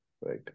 right